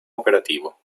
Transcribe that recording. operativo